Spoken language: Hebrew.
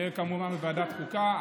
וכמובן ועדת החוקה.